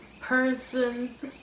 persons